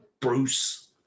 Bruce